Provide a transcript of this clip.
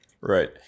Right